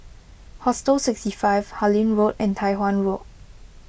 Hostel sixty five Harlyn Road and Tai Hwan Walk